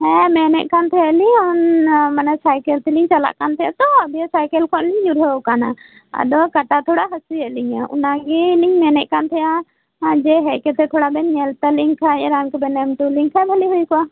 ᱦᱮᱸ ᱢᱮᱱᱮᱫ ᱠᱟᱱ ᱛᱟᱦᱮᱱᱟᱞᱤᱧ ᱢᱟᱱᱮ ᱥᱟᱭᱠᱮᱞ ᱛᱮᱞᱤᱧ ᱪᱟᱞᱟᱜ ᱠᱟᱱ ᱛᱟᱦᱮᱸ ᱛᱚ ᱫᱤᱭᱮ ᱥᱟᱭᱠᱮᱞ ᱠᱷᱚᱱ ᱞᱤᱧ ᱧᱩᱨᱦᱟᱹ ᱟᱠᱟᱱᱟ ᱟᱫᱚ ᱠᱟᱴᱟ ᱛᱷᱚᱲᱟ ᱦᱟᱹᱥᱩᱭᱮᱫ ᱞᱤᱧᱟᱹ ᱚᱱᱟ ᱜᱮᱞᱤᱧ ᱢᱮᱱᱮᱫ ᱠᱟᱱ ᱛᱟᱦᱮᱸᱜᱫᱼᱟ ᱡᱮ ᱦᱮᱡ ᱠᱟᱛᱮᱫ ᱛᱷᱚᱲᱟ ᱵᱤᱱ ᱧᱮᱞ ᱛᱟᱹᱞᱤᱧᱟᱹ ᱠᱷᱟᱱ ᱨᱟᱱ ᱠᱚᱵᱤᱱ ᱮᱢ ᱦᱚᱴᱚ ᱟᱹᱞᱤᱧ ᱠᱷᱟᱡ ᱵᱷᱟᱜᱮ ᱦᱭᱭ ᱠᱚᱜᱼᱟ